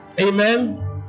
Amen